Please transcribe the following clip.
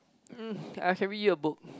um I can read you a book